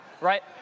right